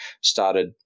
started